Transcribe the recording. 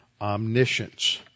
omniscience